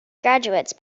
graduates